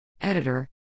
Editor